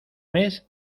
mes